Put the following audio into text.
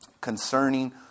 concerning